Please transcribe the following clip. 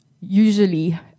usually